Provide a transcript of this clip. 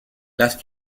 las